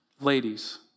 Ladies